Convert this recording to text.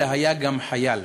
אלא היה גם חייל.